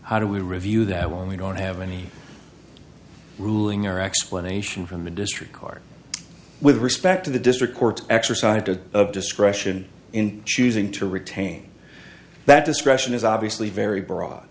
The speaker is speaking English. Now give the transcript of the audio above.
how do we review that when we don't have any ruling or explanation from the district card with respect to the district court exercise of discretion in choosing to retain that discretion is obviously very broad